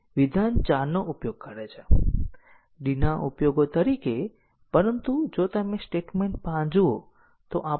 અમારી પાસે McCabeની સાયક્લોમેટિક મેટ્રિક ની આ કલ્પના છે કંટ્રોલ ફલો ગ્રાફને ધ્યાનમાં રાખીને સાયક્લોમેટિક મેટ્રિક ની ગણતરી કરવી ખૂબ જ સરળ છે